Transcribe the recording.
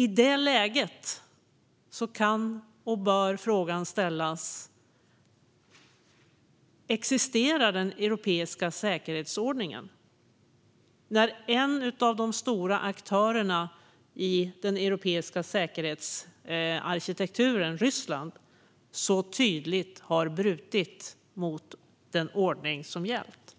I det läget kan och bör frågan ställas: Existerar den europeiska säkerhetsordningen när en av de stora aktörerna i den europeiska säkerhetsarkitekturen, Ryssland, så tydligt har brutit mot den ordning som gällt och